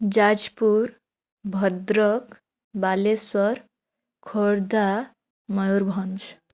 Jajpur Bhadrak Baleshwar Khordha Mayurbhanj